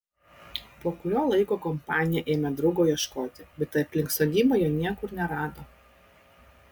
po kurio laiko kompanija ėmė draugo ieškoti bet aplink sodybą jo niekur nerado